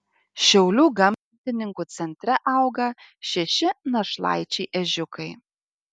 šiaulių gamtininkų centre auga šeši našlaičiai ežiukai